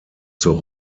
zur